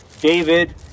David